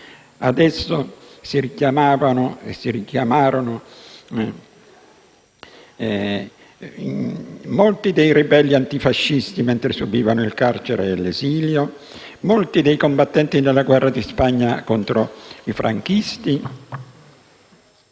Ad esso si richiamavano molti dei ribelli antifascisti, mentre subivano il carcere e l'esilio, molti dei combattenti nella guerra di Spagna contro i franchisti,